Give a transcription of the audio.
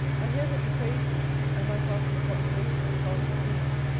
i hear that he praised me, and my part in the conversation that passed between us.